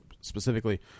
specifically